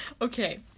Okay